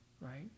right